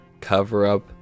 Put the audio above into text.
cover-up